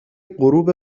غروب